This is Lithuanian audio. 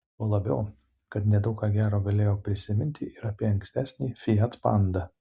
tuo labiau kad nedaug ką gero galėjau prisiminti ir apie ankstesnį fiat panda